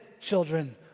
children